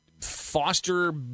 foster